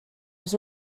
was